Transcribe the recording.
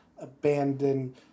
abandoned